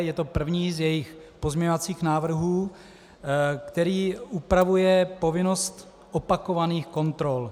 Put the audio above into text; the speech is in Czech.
Je to první z jejích pozměňovacích návrhů, který upravuje povinnost opakovaných kontrol.